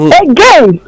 again